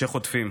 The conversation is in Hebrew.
שחוטפים.